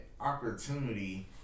opportunity